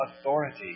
authority